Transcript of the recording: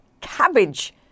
cabbage